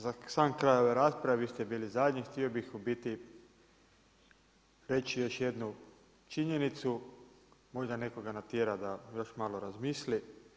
Za sam kraj ove rasprave, vi ste bili zadnji, htio bih u biti reći još jednu činjenicu, možda još nekoga natjerati da malo razmisli.